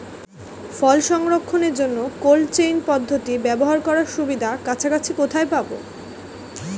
ফল সংরক্ষণের জন্য cold chain পদ্ধতি ব্যবহার করার সুবিধা কাছাকাছি কোথায় পাবো?